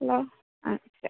hello ആ fix